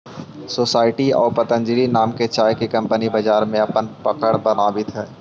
society आउ पतंजलि नाम के चाय के कंपनी बाजार में अपन पकड़ बनावित हइ